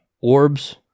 orbs